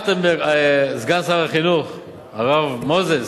סגן שר החינוך הרב מוזס,